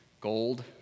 gold